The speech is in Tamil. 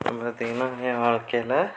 இப்போ பார்த்தீங்கன்னா என் வாழ்க்கையில